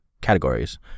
categories